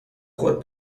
خود